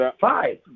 Five